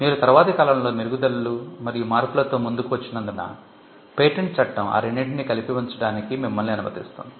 మీరు తరువాతి కాలంలో మెరుగుదలలు మరియు మార్పులతో ముందుకు వచ్చినందున పేటెంట్ చట్టం ఆ రెండింటిని కలిపి ఉంచడానికి మిమ్మల్ని అనుమతిస్తుంది